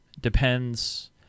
Depends